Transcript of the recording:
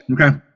Okay